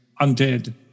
undead